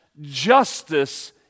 justice